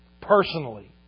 Personally